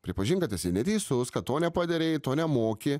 pripažink kad esi neteisus kad to nepadarei to nemoki